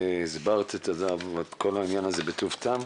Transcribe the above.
הסברת את כל העניין הזה בטוב טעם.